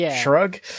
shrug